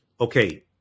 Okay